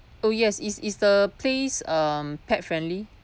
oh yes is is the place um pet friendly